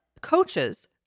coaches